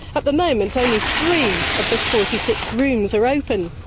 but the moment only three of the forty six rooms are open.